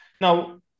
Now